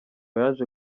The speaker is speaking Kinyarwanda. yaje